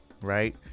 right